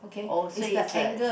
oh so it's a